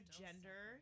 gender